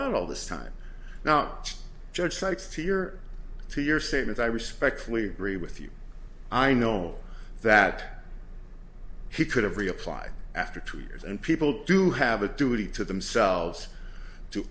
at all this time now judge sykes here to your statement i respectfully agree with you i know that he could have reapply after two years and people do have a duty to themselves to